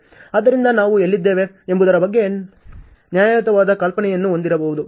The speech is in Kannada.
ಆದ್ದರಿಂದ ನಾವು ಎಲ್ಲಿದ್ದೇವೆ ಎಂಬುದರ ಬಗ್ಗೆ ನ್ಯಾಯಯುತವಾದ ಕಲ್ಪನೆಯನ್ನು ಹೊಂದಬಹುದು